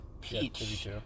Peach